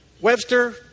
Webster